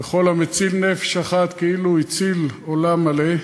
וכל המציל נפש אחת כאילו הציל עולם מלא.